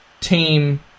team